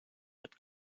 that